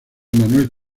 manuel